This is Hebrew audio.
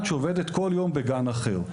והיא עובדת כל יום בגן אחר.